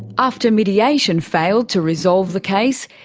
after mediation failed to resolve the case,